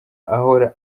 ahora